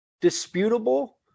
disputable